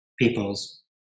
people's